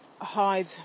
hide